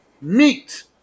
meat